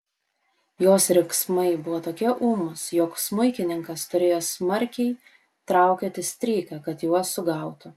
jos riksmai buvo tokie ūmūs jog smuikininkas turėjo smarkiai traukioti stryką kad juos sugautų